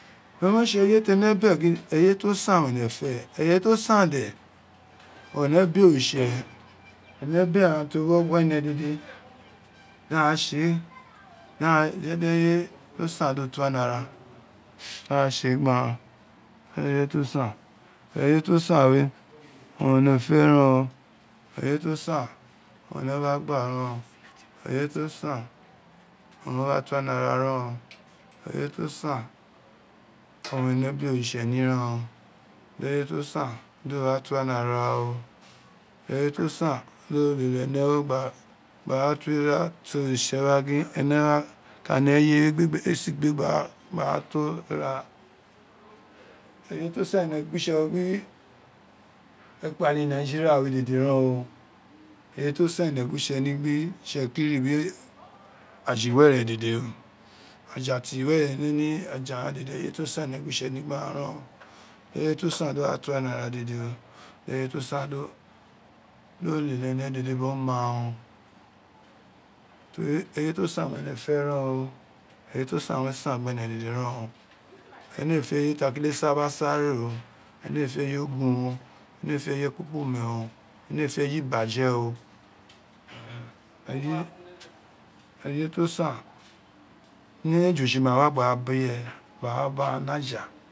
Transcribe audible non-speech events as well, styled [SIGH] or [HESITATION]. Do tse eye ten be gin eye to san owun ene fe eye to san de ene be oritse ene fe eye to san de ene be otitse ene be aghan fe wi ogha ene dede daghan tse [NOISE] di eye we [HESITATION] tosan do twe ne ara awa tse gbanghan eye tosan eye to san we o won ene fe ren o eye to san wa gha eno [NOISE] eye tosan owun re wa fo ene ara ren o eye to sun owan ene be oritse ni ren o eye to san do wa to ene ara o eye to san ighan dede ene wa ni gba rq to ira ti oritse wa gin ene wa kan eye we gbegberegbe sigbe gba a to ira eye to san ene gwitse gbe ekpale nigeria dede ren o eye san ene gwitsen gbe itsekiri biri aja were lede ren o jati wene re ni san oeun ene qwitse ni ren o eye to san do to ene ara dede o eye to san do lele ene biri oma toro eye to san ene fe pren o eye tosan re san gbene dede ren o [NOISE] ene ee fe eye ta kele sa wa sa re o ene eee fe oye ogun ene ee fe eye ibiye o eye to san ni ejo ji ua wa gba ra bie gbara bugjan ni ajei